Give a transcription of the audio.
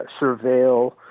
surveil